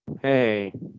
hey